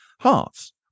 hearts